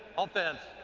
offense.